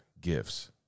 gifts